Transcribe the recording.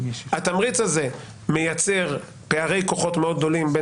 התמריץ הזה מייצר פערי כוחות מאוד גדולים.